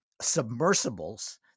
submersibles